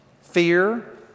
Fear